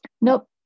Nope